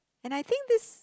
and I think this